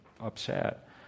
upset